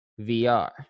VR